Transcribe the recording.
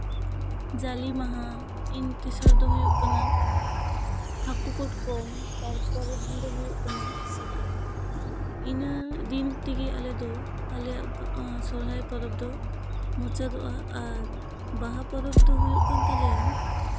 ᱡᱟᱞᱮ ᱢᱟᱦᱟ ᱩᱢ ᱛᱮᱥᱟᱨ ᱫᱚ ᱦᱩᱭᱩᱜ ᱠᱟᱱᱟ ᱦᱟᱹᱞᱩ ᱠᱟᱴᱠᱚᱢ ᱛᱟᱨ ᱯᱚᱨᱮᱨ ᱫᱤᱱ ᱫᱚ ᱦᱩᱭᱩᱜ ᱠᱟᱱᱟ ᱥᱟᱠᱨᱟᱛ ᱤᱱᱟᱹᱜ ᱫᱤᱱ ᱛᱮᱜᱮ ᱟᱞᱮ ᱫᱚ ᱟᱞᱮᱭᱟᱜ ᱥᱚᱦᱚᱨᱟᱭ ᱯᱚᱨᱚᱵᱽ ᱢᱩᱪᱟᱹᱫᱚᱜᱼᱟ ᱟᱨ ᱵᱟᱦᱟ ᱯᱚᱨᱚᱵᱽ ᱫᱚ ᱦᱩᱭᱩᱜ ᱠᱟᱱ ᱛᱟᱞᱮᱭᱟ